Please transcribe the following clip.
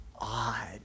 odd